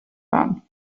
waren